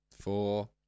Four